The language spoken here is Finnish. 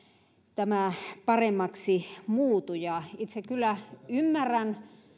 tämä paremmaksi muutu itse kyllä ymmärrän